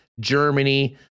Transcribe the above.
Germany